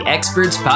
Experts